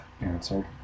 answered